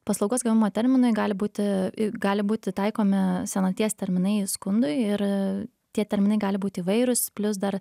paslaugos gavimo terminai gali būti i gali būti taikomi senaties terminai skundui ir tie terminai gali būt įvairūs plius dar